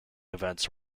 events